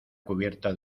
cubierta